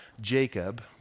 Jacob